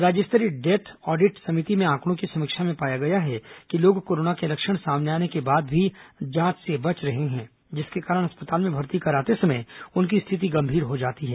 राज्य स्तरीय death audit समिति में आंकडों की समीक्षा में पाया है कि लोग कोरोना के लक्षण सामने आने के बाद भी जांच से बच रहे हैं जिसके कारण अस्पताल में भर्ती कराते समय उनकी स्थिति गंभीर हो जाती है